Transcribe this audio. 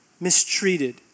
mistreated